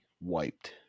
wiped